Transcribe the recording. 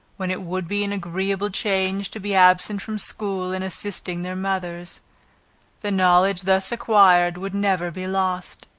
when it would be an agreeable change to be absent from school and assisting their mothers the knowledge thus acquired would never be lost.